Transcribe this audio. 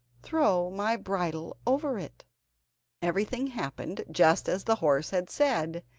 throw my bridle over it everything happened just as the horse had said,